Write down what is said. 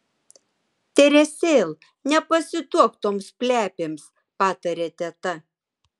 teresėl nepasiduok toms plepėms patarė teta